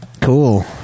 Cool